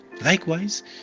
Likewise